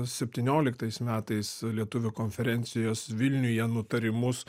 septynioliktais metais lietuvių konferencijos vilniuje nutarimus